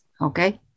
okay